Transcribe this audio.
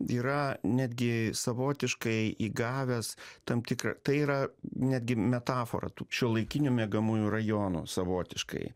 yra netgi savotiškai įgavęs tam tikrą tai yra netgi metafora tų šiuolaikinių miegamųjų rajonų savotiškai